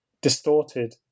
distorted